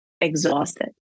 exhausted